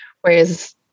Whereas